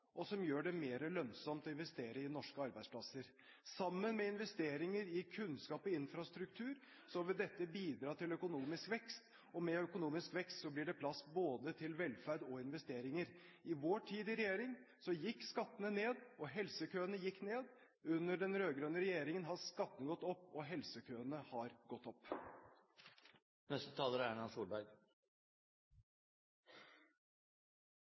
og som gjør det mer lønnsomt å investere i norske arbeidsplasser. Sammen med investeringer i kunnskap og infrastruktur vil dette bidra til økonomisk vekst, og med økonomisk vekst blir det plass til både velferd og investeringer. I vår tid i regjering gikk skattene og helsekøene ned. Under den rød-grønne regjeringen har skattene og helsekøene gått opp. Jeg registrerer at noen mener at vi har veldig høye skatteforslag, og noen mener vi har